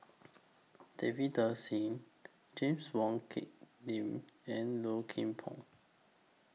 Davinder Singh James Wong Tuck Yim and Low Kim Pong